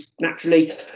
naturally